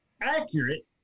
accurate